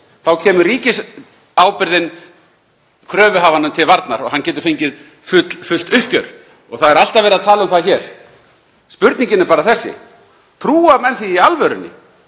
þá kemur ríkisábyrgðin kröfuhafanum til varnar og hann getur fengið fullt uppgjör. Og það er alltaf verið að tala um það hér. Spurningin er bara þessi: Trúa menn því í alvörunni